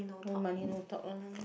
no money no talk lah